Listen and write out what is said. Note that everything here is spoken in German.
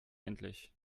endlich